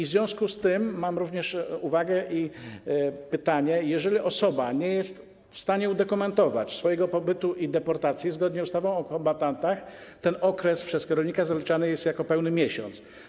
W związku z tym mam uwagę i pytanie: Jeżeli osoba nie jest w stanie udokumentować swojego pobytu i deportacji, zgodnie z ustawą o kombatantach ten okres przez kierownika zaliczany jest jako pełny miesiąc.